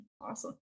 Awesome